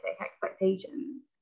expectations